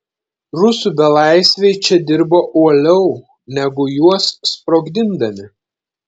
rusų belaisviai čia dirbo uoliau negu juos sprogdindami